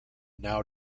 now